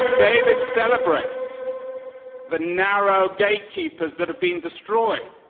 david celebrates the narrow gatekeepers that are being destroyed.